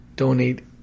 Donate